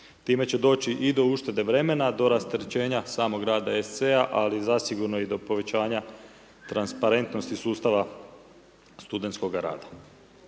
Time će doći i do uštede vremena, do rasterećenja samog rada SC-a ali i zasigurno do povećanja transparentnosti sustava studentskoga rada.